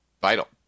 vital